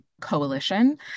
Coalition